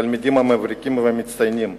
התלמידים המבריקים והמצטיינים,